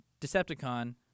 Decepticon